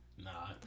Nah